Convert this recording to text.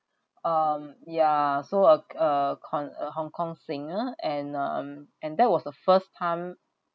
um yeah so uh c~ uh kon~ a hong kong singer and um and that was the first time